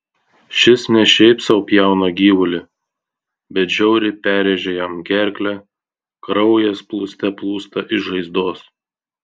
šis ne šiaip sau pjauna gyvulį bet žiauriai perrėžia jam gerklę kraujas plūste plūsta iš žaizdos